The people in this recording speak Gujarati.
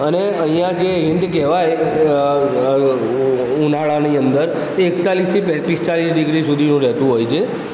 અને અહીંયા જે હિંટ કહેવાય અ અ ઓ ઉનાળાની અંદર એ એકતાળીસથી પિસ્તાળીસ ડિગ્રી સુધીનું રહેતું હોય છે